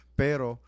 pero